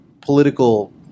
political